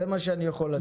זה מה שאני יכול לתת.